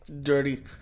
Dirty